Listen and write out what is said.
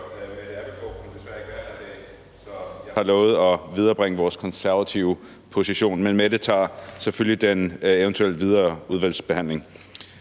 Mette Abildgaard, kunne desværre ikke være her i dag, så jeg har lovet at viderebringe vores konservative position, men hun tager selvfølgelig den eventuelle videre udvalgsbehandling.